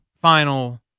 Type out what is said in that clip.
final